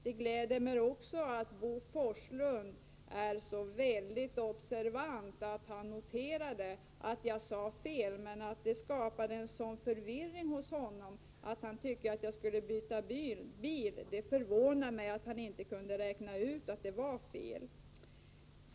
Det gläder mig också att Bo Forslund var så väldigt observant att han noterade att jag sade fel — men det skapade en sådan förvirring hos honom att han tyckte att jag skulle byta bil. Det förvånar mig att han inte kunde räkna ut att det var fel.